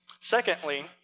Secondly